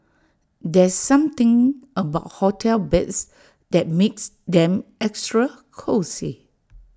there's something about hotel beds that makes them extra cosy